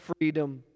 freedom